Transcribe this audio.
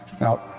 Now